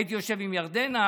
הייתי יושב עם ירדנה,